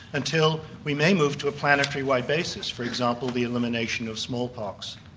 until we may move to a planetary-wide basis, for example the elimination of smallpox.